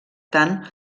tant